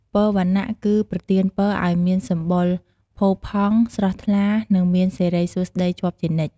ពរវណ្ណៈ គឺប្រទានពរឲ្យមានសម្បុរផូរផង់ ស្រស់ថ្លា និងមានសិរីសួស្ដីជាប់ជានិច្ច។